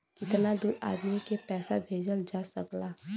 कितना दूर आदमी के पैसा भेजल जा सकला?